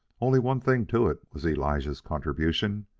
only one thing to it, was elijah's contribution.